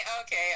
Okay